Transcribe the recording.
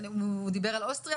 אגב, גם לקבל סיוע בצורת מתנדבים.